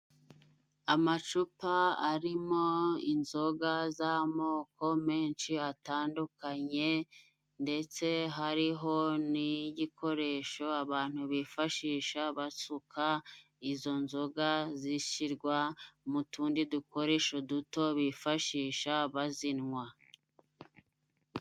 Amacupa arimo inzoga z'amoko menshi atandukanye, ndetse hariho n'igikoresho abantu bifashisha basuka izo nzoga, zishirwa mu tundi dukoresho duto bifashisha bazinywa.